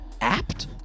apt